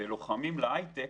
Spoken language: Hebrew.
לוחמים להייטק